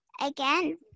again